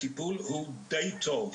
הוא דיי טוב.